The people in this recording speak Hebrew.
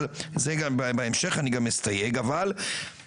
ובהמשך אני אסתייג גם בעניין זה,